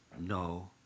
no